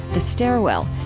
the stairwell,